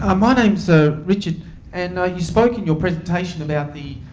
ah my name's so richard and you spoke in your presentation about the